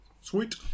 Sweet